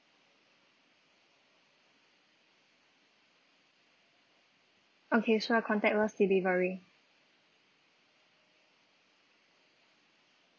okay sure contactless delivery